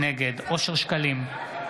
נגד אושר שקלים,